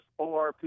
ORP